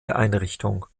einrichtung